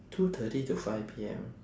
two thirty to five P_M